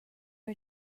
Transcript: are